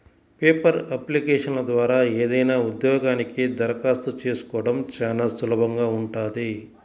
paper అప్లికేషన్ల ద్వారా ఏదైనా ఉద్యోగానికి దరఖాస్తు చేసుకోడం చానా సులభంగా ఉంటది